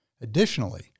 Additionally